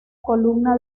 comuna